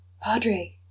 Padre